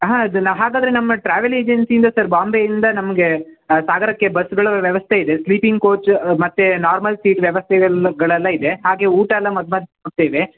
ಹಾಂ ಅದನ್ನ ಹಾಗದರೆ ನಮ್ಮ ಟ್ರಾವೆಲ್ ಏಜೆನ್ಸಿಯಿಂದ ಸರ್ ಬಾಂಬೆಯಿಂದ ನಮಗೆ ಸಾಗರಕ್ಕೆ ಬಸ್ಗಳು ವ್ಯವಸ್ಥೆ ಇದೆ ಸ್ಲೀಪಿಂಗ್ ಕೋಚ್ ಮತ್ತು ನಾರ್ಮಲ್ ಸೀಟ್ ವ್ಯವಸ್ಥೆಗಳೆಲ್ಲ ಇದೆ ಹಾಗೆ ಊಟ ಎಲ್ಲ ಮಧ್ಯ ಮಧ್ಯ ಕೊಡ್ತೇವೆ